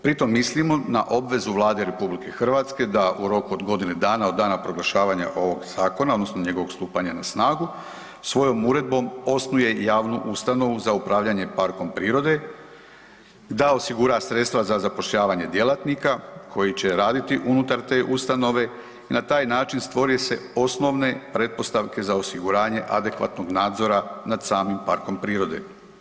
Pritom mislimo na obvezu Vlade RH da u roku od godine dana od dana proglašavanja ovog zakona, odnosno njegovog stupanja na snagu, svojom uredbom osnuje i javnu ustanovu za upravljanje parkom prirode, da osigura sredstva za zapošljavanje djelatnika koji će raditi unutar te ustanove i na taj način stvorio se osnovne pretpostavke za osiguranje adekvatnog nadzora nad samim parkom prirode.